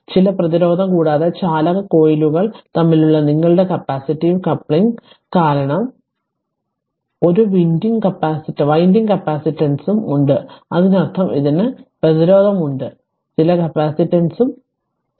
ചില പ്രതിരോധം കൂടാതെ ചാലക കോയിലുകൾ തമ്മിലുള്ള നിങ്ങളുടെ കപ്പാസിറ്റീവ് കപ്ലിങ് കാരണം ഒരു വിൻഡിംഗ് കപ്പാസിറ്റൻസും ഉണ്ട് അതിനർത്ഥം ഇതിന് പ്രതിരോധമുണ്ട് ചില കപ്പാസിറ്റൻസും ഉണ്ട്